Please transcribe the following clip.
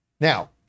Now